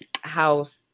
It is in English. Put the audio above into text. house